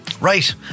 Right